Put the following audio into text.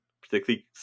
particularly